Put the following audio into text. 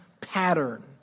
pattern